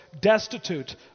destitute